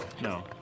no